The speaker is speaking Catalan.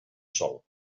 sòl